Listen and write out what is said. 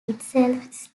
itself